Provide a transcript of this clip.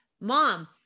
mom